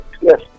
yes